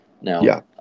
Now